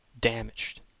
damaged